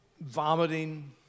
vomiting